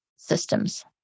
Systems